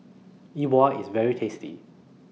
E Bua IS very tasty